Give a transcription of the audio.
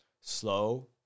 slow